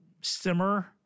simmer